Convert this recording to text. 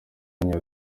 yanyu